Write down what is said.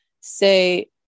say